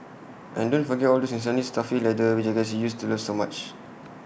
and don't forget all those insanely stuffy leather jackets we used to love so much